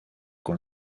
con